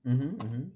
mmhmm mmhmm